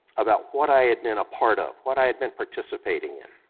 about what i had been a part of, what i had been participating in,